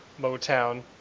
motown